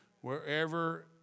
wherever